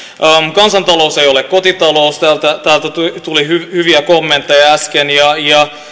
kansantalous ei ole kotitalous täältä täältä tuli hyviä kommentteja äsken